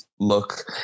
Look